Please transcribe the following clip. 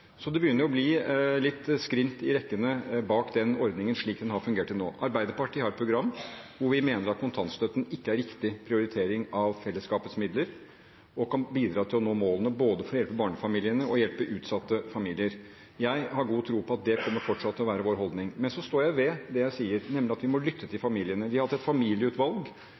så det begynner å bli litt skrint i rekkene bak den ordningen, slik den har fungert til nå. Arbeiderpartiet har et program hvor vi mener at kontantstøtten ikke er riktig prioritering av fellesskapets midler eller kan bidra til å nå målene for å hjelpe barnefamiliene og hjelpe utsatte familier. Jeg har god tro på at det fortsatt kommer til å være vår holdning. Men så står jeg ved det jeg sier, nemlig at vi må lytte til familiene. Vi har hatt et familieutvalg